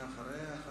מי אחריה?